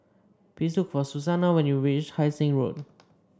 please look for Susannah when you reach Hai Sing Road